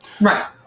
Right